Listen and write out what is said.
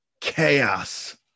Chaos